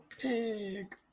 pig